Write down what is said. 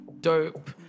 dope